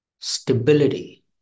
stability